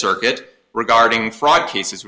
circuit regarding fraud cases